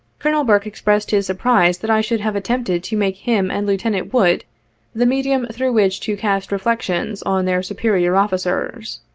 colonel burke expressed his surprise that i should have attempted to make him and lieutenant wood the medium through which to cast reflections on their superior officers.